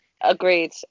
Agreed